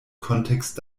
kontext